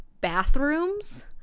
bathrooms